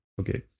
okay